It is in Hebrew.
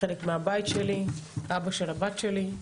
חלק מהבית שלי, אבא של הבת שלי,